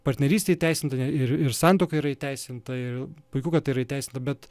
partnerystė įteisinta ir ir santuoka yra įteisinta ir puiku kad yra įteisina bet